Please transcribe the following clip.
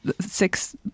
six